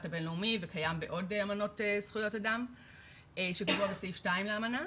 הבינלאומי וקיים בעוד אמנות זכויות אדם שקבוע בסעיף 2 לאמנה.